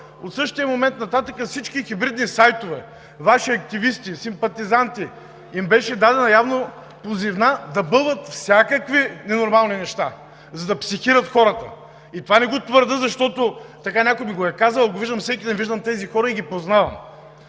От същия момент нататък всички хибридни сайтове, Ваши активисти, симпатизанти им беше дадена явно позивна да бълват всякакви ненормални неща, за да психират хората. И това не го твърдя, защото някой ми го е казал, а го виждам всеки ден, виждам тези хора и ги познавам.